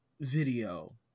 video